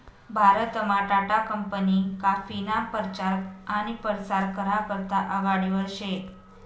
भारतमा टाटा कंपनी काफीना परचार आनी परसार करा करता आघाडीवर शे